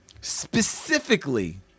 specifically